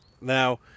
Now